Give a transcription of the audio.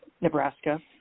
Nebraska